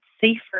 safer